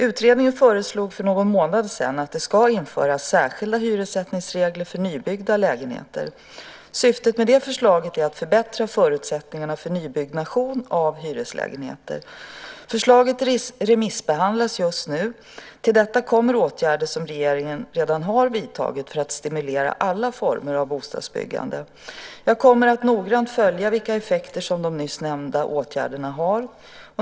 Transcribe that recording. Utredningen föreslog för någon månad sedan att det ska införas särskilda hyressättningsregler för nybyggda lägenheter. Syftet med det förslaget är att förbättra förutsättningarna för nybyggnation av hyreslägenheter. Förslaget remissbehandlas just nu. Till detta kommer åtgärder som regeringen redan har vidtagit för att stimulera alla former av bostadsbyggande. Jag kommer att noggrant följa vilka effekter som de nyss nämnda åtgärderna har.